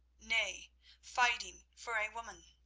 nay fighting for a woman.